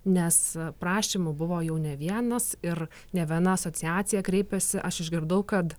nes prašymų buvo jau ne vienas ir ne viena asociacija kreipėsi aš išgirdau kad